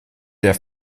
der